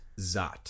Zot